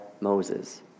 Moses